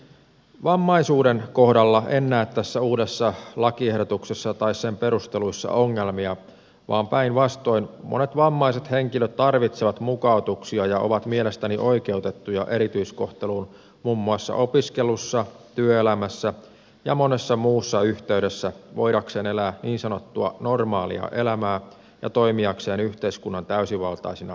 vammaisuuden kohdalla en näe tässä uudessa lakiehdotuksessa tai sen perusteluissa ongelmia vaan päinvastoin monet vammaiset henkilöt tarvitsevat mukautuksia ja ovat mielestäni oikeutettuja erityiskohteluun muun muassa opiskelussa työelämässä ja monessa muussa yhteydessä voidakseen elää niin sanottua normaalia elämää ja toimiakseen yhteiskunnan täysivaltaisina jäseninä